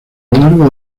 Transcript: largo